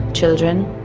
children,